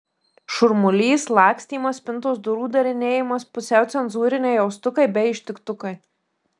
šurmulys lakstymas spintos durų darinėjimas pusiau cenzūriniai jaustukai bei ištiktukai